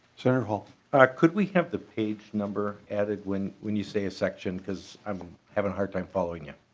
senator hall could we have the page number at it when when you say a section because i'm having a hard time following it.